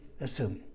assume